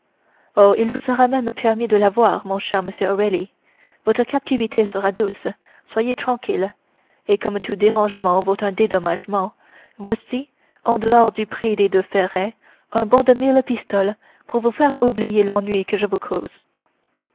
il vous sera même permis de la voir mon cher monsieur o'reilly votre captivité sera douce soyez tranquille et comme tout dérangement vaut un dédommagement voici en dehors du prix des deux ferrets un bon de mille pistoles pour vous faire oublier l'ennui que je vous cause